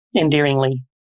endearingly